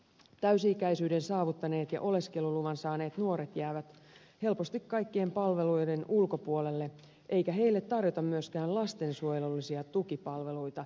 täysi ikäisyyden saavuttaneet ja oleskeluluvan saaneet nuoret jäävät helposti kaikkien palveluiden ulkopuolelle eikä heille tarjota myöskään lastensuojelullisia tukipalveluita